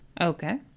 Okay